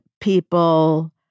people